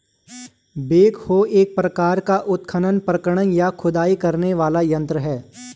backhoe एक प्रकार का उत्खनन उपकरण, या खुदाई करने वाला यंत्र है